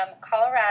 Colorado